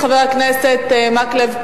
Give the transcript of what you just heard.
חבר הכנסת מקלב?